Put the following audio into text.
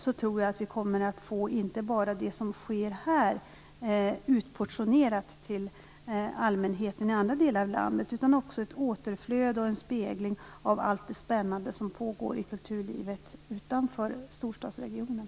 Därmed kommer inte bara det som sker i Stockholm att portioneras ut till allmänheten i andra delar av landet. Vi kommer också att få ett återflöde och en spegling av allt det spännande som pågår i kulturlivet utanför storstadsregionen.